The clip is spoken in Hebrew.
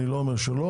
אני לא אומר שלא,